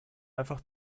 einfach